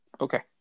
Okay